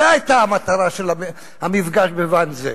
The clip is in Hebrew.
זו היתה המטרה של המפגש בוואנזה.